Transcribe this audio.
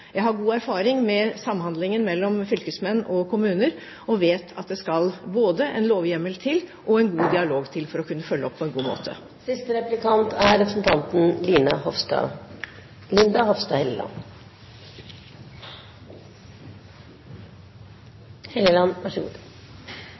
Jeg har god erfaring med samhandlingen mellom fylkesmenn og kommuner, og vet at det skal både en lovhjemmel til og en god dialog til for å kunne følge opp på en god måte.